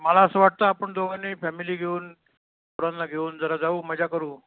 मला असं वाटतं आपण दोघांनी फॅमिली घेऊन मुलांना घेऊन जरा जाऊ मजा करू